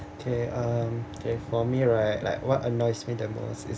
okay um okay for me right like what annoys me the most is